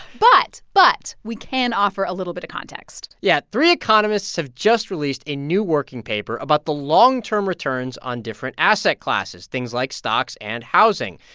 but but we can offer a little bit of context yeah. three economists have just released a new working paper about the long-term returns on different asset classes, things like stocks and housing.